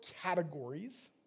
categories